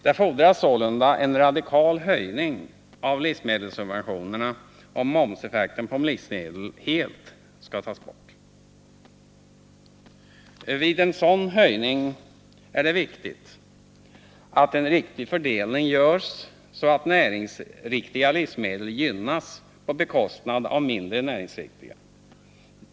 Det fordras sålunda en radikal höjning av livsmedelssubventionerna, om momseffekten på livsmedel helt skall tas bort. Vid en sådan höjning är det viktigt att en riktig fördelning görs, så att näringsriktiga livsmedel gynnas på bekostnad av mindre näringsriktiga.